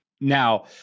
Now